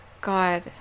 God